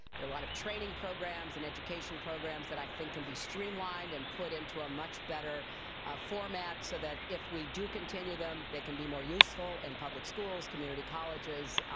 there are a lot of training programs and education programs that i think can be streamlined and put into a much better format so that if we do continue them they can be more useful, in public schools, community colleges,